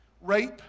rape